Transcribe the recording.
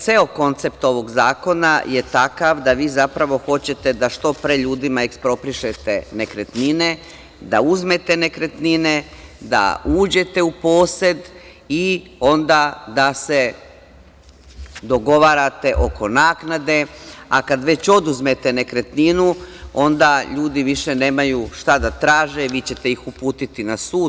Ceo koncept ovog zakona je takav da vi zapravo hoćete da što pre ljudima eksproprišete nekretnine, da uzmete nekretnine, da uđete u posed i onda da se dogovarate oko naknade, a kad već oduzmete nekretninu onda ljudi više nemaju šta da traže, vi ćete ih uputiti na sud.